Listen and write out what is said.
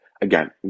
again